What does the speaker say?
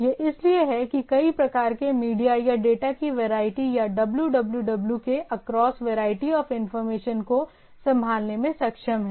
यह इसलिए है कि यह कई प्रकार के मीडिया या डेटा की वैरायटी या www के अक्रॉस वैरायटी ऑफ इंफॉर्मेशन को संभालने में सक्षम है